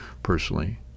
personally